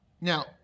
Now